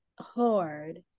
hard